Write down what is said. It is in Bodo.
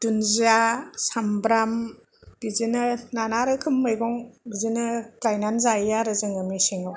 दुन्दिया सामब्राम बिदिनो नाना रोखोम मैगं बिदिनो गायनानै जायो आरो जोङो मेसेंआव